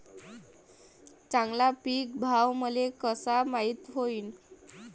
चांगला पीक भाव मले कसा माइत होईन?